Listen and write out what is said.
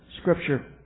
Scripture